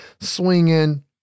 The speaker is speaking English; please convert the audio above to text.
swinging